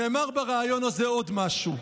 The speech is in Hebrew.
נאמר בריאיון הזה עוד משהו,